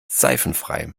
seifenfrei